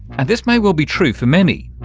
and this may well be true for many,